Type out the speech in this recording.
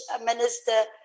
Minister